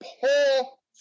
Paul